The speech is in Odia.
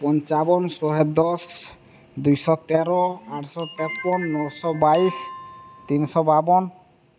ପଞ୍ଚାବନ ଶହେ ଦଶ ଦୁଇଶହ ତେର ଆଠଶହ ତେପନ ନଅଶହ ବାଇଶ ତିନିଶହ ବାବନ